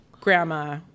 grandma